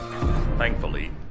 Thankfully